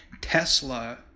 Tesla